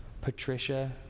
Patricia